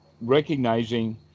recognizing